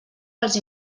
pels